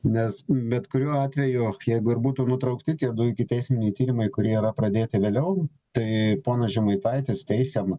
nes bet kuriuo atveju jeigu ir būtų nutraukti tie du ikiteisminiai tyrimai kurie yra pradėti vėliau tai ponas žemaitaitis teisiam